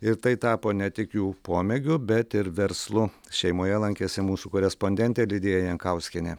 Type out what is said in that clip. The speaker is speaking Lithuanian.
ir tai tapo ne tik jų pomėgiu bet ir verslu šeimoje lankėsi mūsų korespondentė lidija jankauskienė